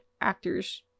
actors